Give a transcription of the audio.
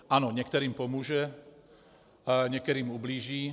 Ano, některým pomůže, ale některým ublíží.